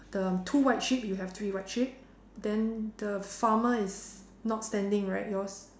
the two white sheep you have three white sheep then the farmer is not standing right yours